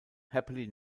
happily